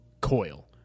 coil